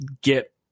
get